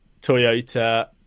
toyota